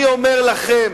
אני אומר לכם,